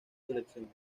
selecciones